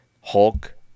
Hulk